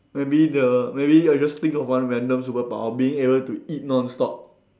maybe the maybe I just think of one random superpower being able to eat non-stop